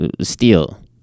Steel